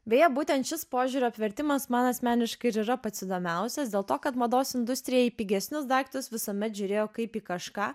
beje būtent šis požiūrio apvertimas man asmeniškai ir yra pats įdomiausias dėl to kad mados industrija į pigesnius daiktus visuomet žiūrėjo kaip į kažką